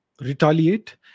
retaliate